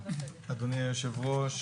אדוני היושב-ראש,